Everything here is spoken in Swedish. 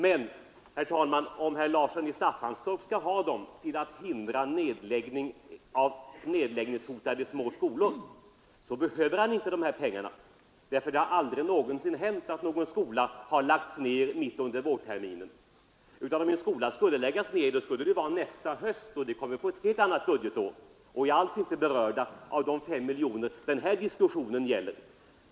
Men, herr talman, för att hindra nedläggning av nedläggningshotade små skolor behöver herr Larsson i Staffanstorp inte dessa pengar. Det har aldrig någonsin hänt att någon skola lagts ned mitt under vårterminen. Om en skola skall läggas ned blir det nästa höst, och då är vi inne på ett helt annat budgetår och det berörs alls inte av de 5 miljoner den här diskussionen gäller.